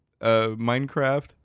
Minecraft